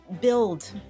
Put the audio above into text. build